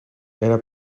era